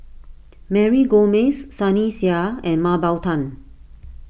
Mary Gomes Sunny Sia and Mah Bow Tan